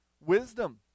wisdom